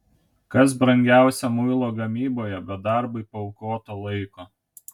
kas brangiausia muilo gamyboje be darbui paaukoto laiko